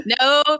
No